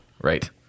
right